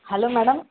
hello madam